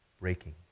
breaking